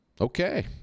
Okay